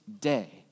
day